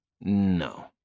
No